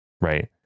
right